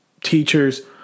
teachers